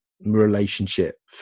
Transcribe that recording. relationship